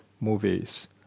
movies